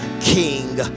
king